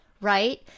Right